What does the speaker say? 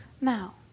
Now